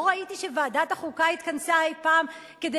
לא ראיתי שוועדת החוקה התכנסה אי-פעם כדי